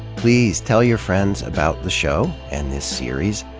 please tell your friends about the show, and this series.